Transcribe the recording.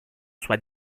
soit